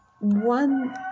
one